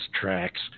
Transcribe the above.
tracks